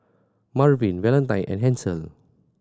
Marvin Valentine and Hansel